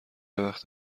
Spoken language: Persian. وقت